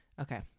Okay